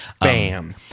bam